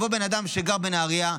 יבוא אדם שגר בנהריה,